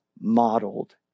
modeled